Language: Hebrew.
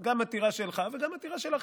גם עתירה שלך וגם עתירה של אחרים.